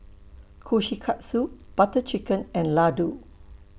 Kushikatsu Butter Chicken and Ladoo